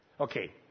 Okay